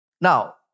Now